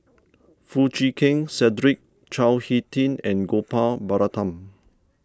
Foo Chee Keng Cedric Chao Hick Tin and Gopal Baratham